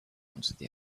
answered